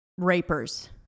rapers